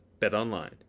BetOnline